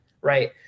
right